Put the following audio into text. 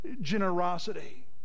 generosity